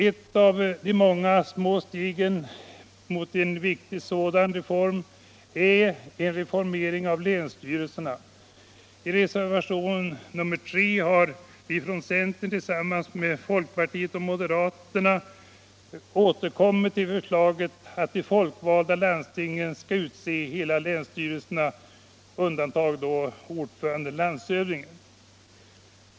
Ett av de små stegen, men ett viktigt sådant, är en reformering av länsstyrelserna. I reservationen 3 har centerpartiets, folkpartiets och moderata samlingspartiets representanter återkommit till förslaget att de folkvalda landstingen skall utse hela länsstyrelserna, med undantag av ordföranden, landshövdingen.